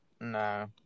No